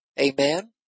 Amen